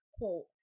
quote